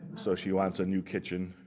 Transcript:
so she wants a new kitchen.